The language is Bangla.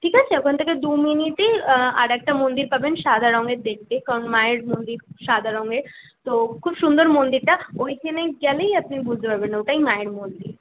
ঠিক আছে ওখান থেকে দু মিনিটেই আরাকটা মন্দির পাবেন সাদা রঙের দেখতে কারণ মায়ের মন্দির সাদা রঙের তো খুব সুন্দর মন্দিরটা ওইখেনে গেলেই আপনি বুঝতে পারবেন ওটাই মায়ের মন্দির